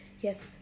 Yes